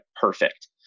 perfect